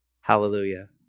Hallelujah